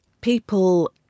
People